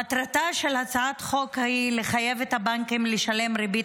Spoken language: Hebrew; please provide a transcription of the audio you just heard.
מטרתה של הצעת החוק היא לחייב את הבנקים לשלם ריבית